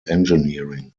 engineering